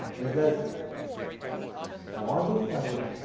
this as modify